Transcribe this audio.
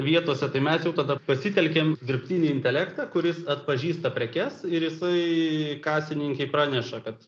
vietose tai mes jau tada pasitelkėm dirbtinį intelektą kuris atpažįsta prekes ir jisai kasininkei praneša kad